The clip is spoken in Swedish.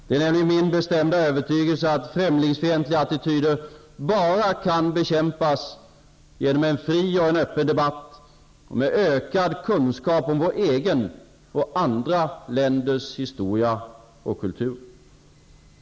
Det är nämligen min bestämda övertygelse att främlingsfientliga attityder kan bekämpas bara genom en fri och öppen debatt och genom ökad kunskap om vår egen och andra länders historia och kultur.